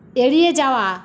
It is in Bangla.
এড়িয়ে যাওয়া